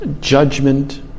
judgment